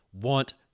want